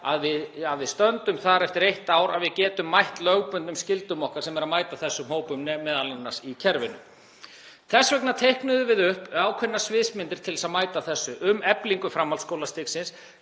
að við stöndum þar eftir eitt ár að við getum mætt lögbundnum skyldum okkar um að mæta þessum hópum m.a. í kerfinu. Þess vegna teiknuðum við upp ákveðnar sviðsmyndir til að mæta þessu um eflingu framhaldsskólastigsins.